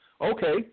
Okay